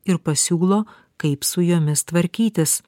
ir pasiūlo kaip su jomis tvarkytis